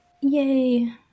Yay